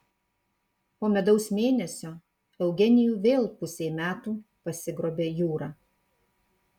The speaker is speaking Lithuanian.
po medaus mėnesio eugenijų vėl pusei metų pasigrobė jūra